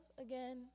again